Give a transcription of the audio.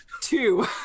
Two